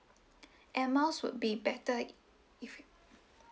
air miles would be better if